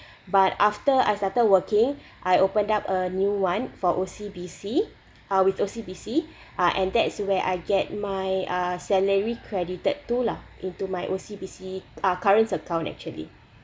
but after I started working I opened up a new one for O_C_B_C uh with O_C_B_C uh and that's where I get my uh salary credited to lah into my O_C_B_C uh current account actually